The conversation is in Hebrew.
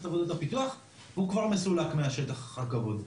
עבודות פיתוח הוא כבר מסולק מהשטח אחר כבוד,